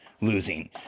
losing